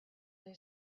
they